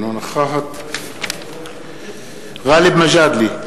אינה נוכחת גאלב מג'אדלה,